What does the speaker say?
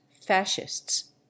fascists